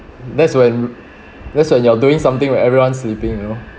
that's when that's when you're doing something when everyone's sleeping you know